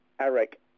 Eric